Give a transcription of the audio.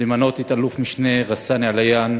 למנות את אלוף-משנה רסאן עליאן